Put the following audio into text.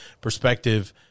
perspective